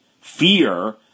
Fear